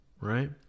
right